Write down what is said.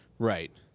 Right